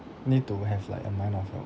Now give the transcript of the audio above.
need to have like a mind of your